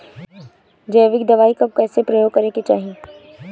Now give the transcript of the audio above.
जैविक दवाई कब कैसे प्रयोग करे के चाही?